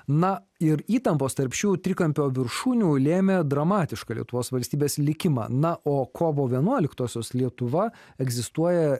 na ir įtampos tarp šių trikampio viršūnių lėmė dramatišką lietuvos valstybės likimą na o kovo vienuoliktosios lietuva egzistuoja